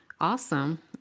awesome